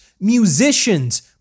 Musicians